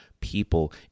people